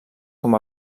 com